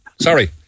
Sorry